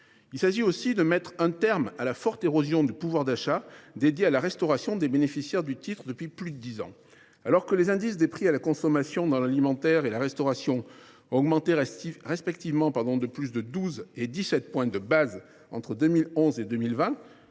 Il s’agit aussi de mettre un terme à la forte érosion du pouvoir d’achat des bénéficiaires du titre restaurant depuis plus de dix ans. Alors que les indices des prix à la consommation dans l’alimentaire et la restauration ont respectivement augmenté de plus de 12 et de 17 points de base entre 2011 et 2020,